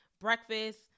breakfast